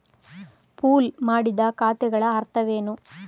Pool ಮಾಡಿದ ಖಾತೆಗಳ ಅರ್ಥವೇನು?